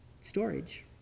storage